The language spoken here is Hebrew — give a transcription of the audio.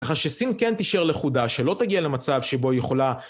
ככה שסין כן תשאר לכודה, שלא תגיע למצב שבו היא יכולה...